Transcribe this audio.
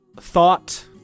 thought